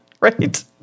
Right